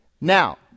Now